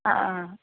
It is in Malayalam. അ ആ